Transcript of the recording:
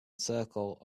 circle